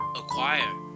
acquire